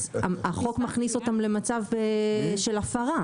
אז החוק מכניס אותם למצב של הפרה?